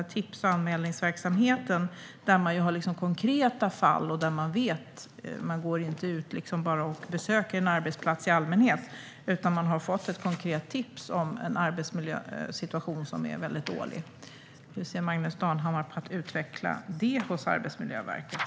I tips och anmälningsverksamheten har man konkreta fall - man går inte ut och besöker en arbetsplats i största allmänhet, utan man har fått ett konkret tips om en arbetsmiljösituation som är väldigt dålig. Hur ser Magnus Manhammar på att utveckla det hos Arbetsmiljöverket?